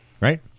right